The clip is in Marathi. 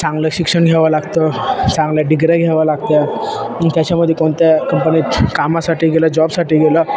चांगलं शिक्षण घ्यावं लागतं चांगल्या डिग्र्या घ्यावं लागतं त्याच्यामध्ये कोणत्या कंपनीत कामासाठी गेलं जॉबसाठी गेलं